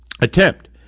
attempt